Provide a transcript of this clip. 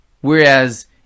Whereas